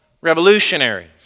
revolutionaries